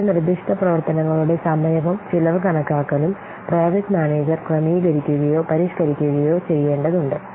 ചില നിർദ്ദിഷ്ട പ്രവർത്തനങ്ങളുടെ സമയവും ചെലവ് കണക്കാക്കലും പ്രോജക്ട് മാനേജർ ക്രമീകരിക്കുകയോ പരിഷ്കരിക്കുകയോ ചെയ്യേണ്ടതുണ്ട്